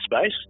space